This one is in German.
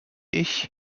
ich